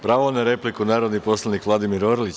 Pravo na repliku, narodni poslanik Vladimir Orlić.